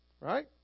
Right